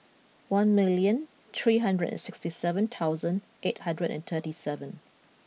one million three hundred and sixty seven thousand eight hundred and thirty seven